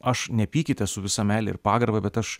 aš nepykite su visa meile ir pagarba bet aš